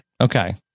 Okay